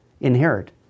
inherit